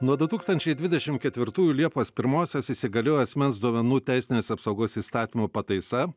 nuo du tūkstančiai dvidešimt ketvirtųjų liepos pirmosios įsigaliojo asmens duomenų teisinės apsaugos įstatymo pataisa